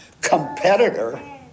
competitor